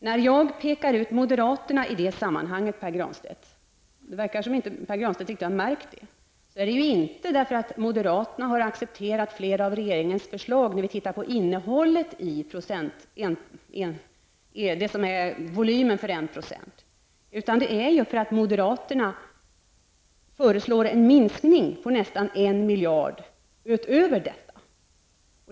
När jag pekar ut moderaterna i det sammanhanget, Pär Granstedt -- det verkar som om Pär Granstedt inte märkt det -- är det inte därför att moderaterna accepterat flera av regeringens förslag när vi tittar på vad som är innehållet i en procent, utan det är därför att moderaterna föreslår en minskning på nästan 1 miljard utöver detta.